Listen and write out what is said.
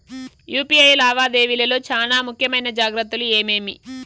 UPI లావాదేవీల లో చానా ముఖ్యమైన జాగ్రత్తలు ఏమేమి?